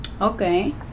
okay